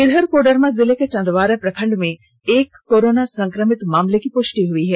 इधर कोडरमा जिले के चंदवारा प्रखंड में एक कोरोना संक्रमित मामले की पुष्टि हुई है